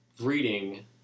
reading